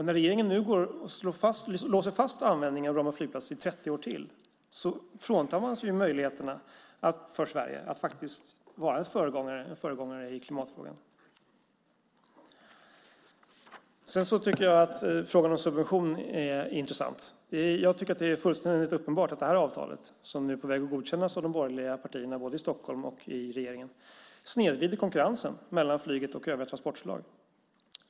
När regeringen nu låser fast användningen av Bromma flygplats i 30 år till fråntar man sig möjligheterna för Sverige att vara en föregångare i klimatfrågan. Frågan om subvention är intressant. Det är fullständigt uppenbart att det avtal som är på väg att godkännas av de borgerliga partierna i Stockholm och regeringen snedvrider konkurrensen mellan flyget och övriga transportslag.